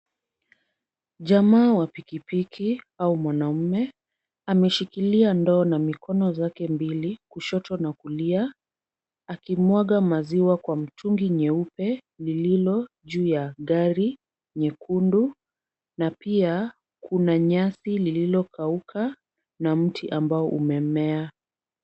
Jamaa wa pikipiki au mwanamume ameshikilia ndoo na mikono zake mbili kushoto na kulia akimwaga maziwa kwa mtungi nyeupe lililo juu ya gari nyekundu na pia kuna nyasi lililokauka na mti ambao umemea.